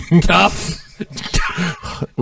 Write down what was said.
tough